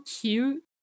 cute